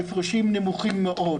ההפרשים נמוכים מאוד.